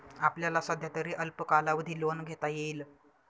आपल्याला सध्यातरी अल्प कालावधी लोन घेता येईल